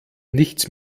nichts